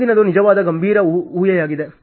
ಮುಂದಿನದು ನಿಜವಾದ ಗಂಭೀರ ಹೂಹೆಯಾಗಿದೆ